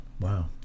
Wow